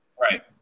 Right